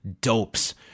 dopes